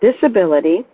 disability